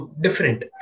different